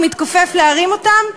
הוא מתכופף להרים אותן?